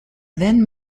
then